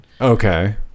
Okay